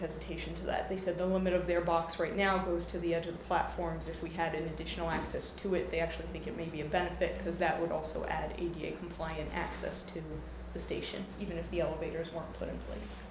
hesitation to that they said the limit of their box right now goes to the edge of the platforms if we had an additional access to it they actually think it may be a benefit because that would also add a good client access to the station even if the elevators were put in place